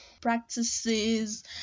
practices